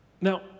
Now